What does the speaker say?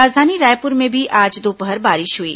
राजधानी रायपुर में भी आज दोपहर बारिश हुई